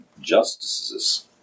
justices